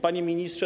Panie Ministrze!